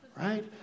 right